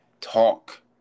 talk